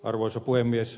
arvoisa puhemies